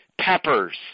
peppers